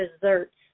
desserts